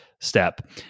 step